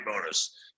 bonus